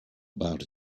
about